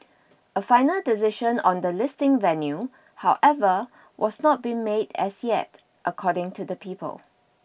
a final decision on the listing venue however was not been made as yet according to the people